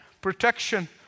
protection